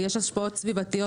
יש השפעות סביבתיות.